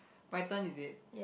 my turn is it